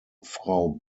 frau